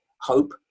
hope